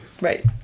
right